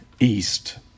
east